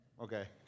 Okay